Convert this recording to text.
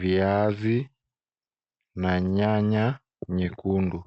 viazi na nyanya nyekundu.